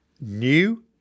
new